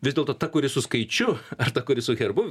vis dėlto ta kuri su skaičiu ar ta kuri su herbu